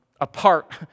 apart